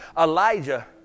Elijah